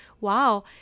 Wow